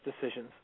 decisions